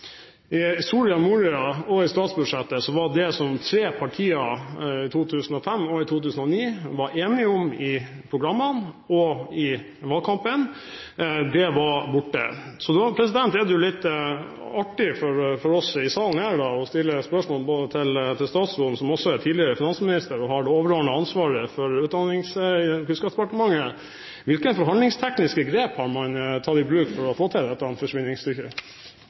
I Soria Moria-erklæringen og i statsbudsjettet var det som tre partier i 2005 og 2009 var enige om i programmene og i valgkampen, borte. Så da er det litt artig for oss i salen her å stille spørsmål til statsråden, som både er tidligere finansminister og har det overordnede ansvaret for Kunnskapsdepartementet: Hvilke forhandlingstekniske grep har man tatt i bruk for å få til dette